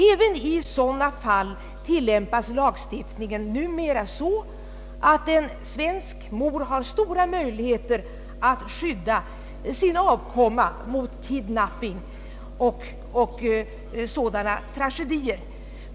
Även i sådana fall tillämpas lagstiftningen numera så, att en svensk mor har goda möjligheter att skydda sin avkomma mot kidnapping och liknande tragedier.